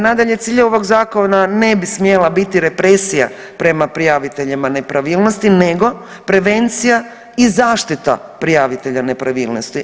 Nadalje, cilj ovog zakona ne bi smjela biti represija prema prijaviteljima nepravilnosti nego prevencija i zaštita prijavitelja nepravilnosti.